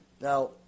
Now